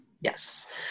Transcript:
Yes